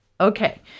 Okay